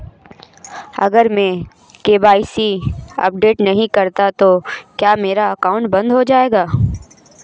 अगर मैं KYC update नहीं करता तो क्या मेरा अकाउंट बंद हो जाएगा?